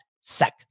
SEC